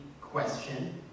question